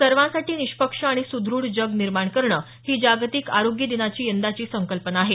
सर्वाँसाठी निष्पक्ष आणि सुदृढ जग निर्माण करणं ही जागतिक आरोग्य दिनाची यंदाची संकल्पना आहे